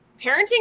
parenting